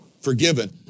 forgiven